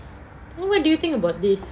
what do you think about this